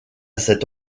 cet